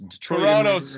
Toronto